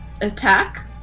attack